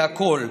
לכולם.